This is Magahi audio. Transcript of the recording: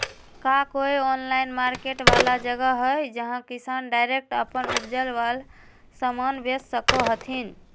का कोई ऑनलाइन मार्केट वाला जगह हइ जहां किसान डायरेक्ट अप्पन उपजावल समान बेच सको हथीन?